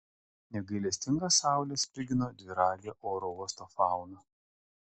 negailestinga saulė spigino dviragę oro uosto fauną